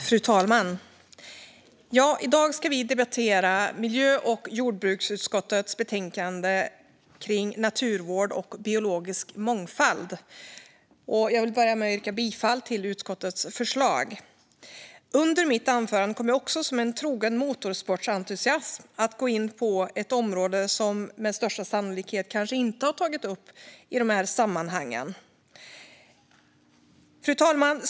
Fru talman! I dag ska vi debattera miljö och jordbruksutskottets betänkande om naturvård och biologisk mångfald. Jag vill börja med att yrka bifall till utskottets förslag. Under mitt anförande kommer jag också som trogen motorsportsentusiast att gå in på ett område som med största sannolikhet inte har tagits upp i de här sammanhangen. Fru talman!